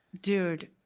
dude